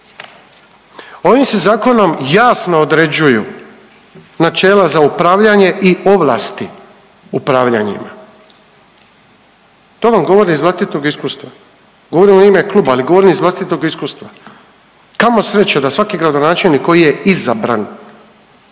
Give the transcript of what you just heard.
Ovim se zakonom jasno određuju načela za upravljanje i ovlasti upravljanjima. To vam govorim iz vlastitog iskustva, govorim u ime kluba, ali govorim iz vlastitog iskustva. Kamo sreće da svaki gradonačelnik koji je izabran